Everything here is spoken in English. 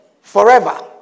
forever